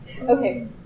Okay